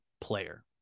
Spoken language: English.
player